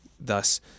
thus